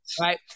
Right